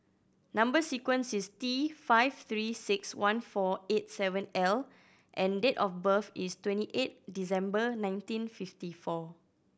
number sequence is T five Three Six One four eight seven L and date of birth is twenty eight December nineteen fifty four